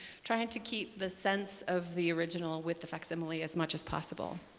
trying to keep the sense of the original with the facsimile as much as possible.